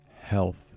health